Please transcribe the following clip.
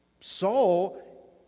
Saul